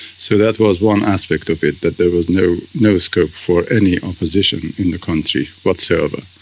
so that was one aspect of it, that there was no no scope for any opposition in the country whatsoever.